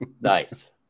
Nice